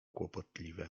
kłopotliwe